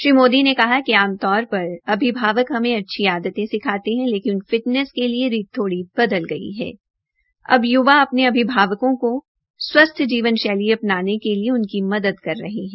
श्री मोदी ने कहा कि आम तौर पर अभिभावक हमें अच्छी आदतें सिखाते है लेकिन फिटनेस के लिये रील थोड़ी बदल गई है और अब यूवा अपने अभिभावकों को स्वस्थ जीवन शैली अपनाने के लिए उनकी मदद कर रहे है